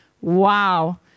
Wow